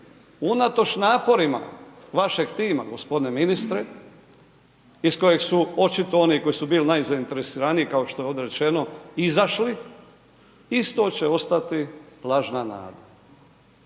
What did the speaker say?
unatoč naporima vašeg tima g. ministre iz kojeg su očito oni koji su bili najzainteresiraniji kao što je ovdje rečeno, izašli isto će ostati lažna nada.